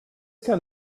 kind